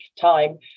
time